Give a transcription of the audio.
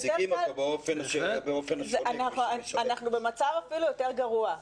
אנחנו במצב אפילו יותר גרוע.